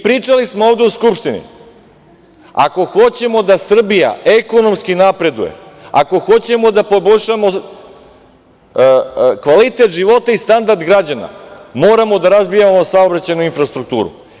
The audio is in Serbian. Pričali smo ovde u Skupštini, ako hoćemo da Srbija ekonomski napreduje, ako hoćemo da poboljšamo kvalitet života i standard građana, moramo da razvijamo saobraćajnu infrastrukturu.